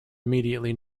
immediately